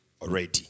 already